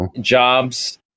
Jobs